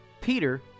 Peter